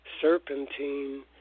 serpentine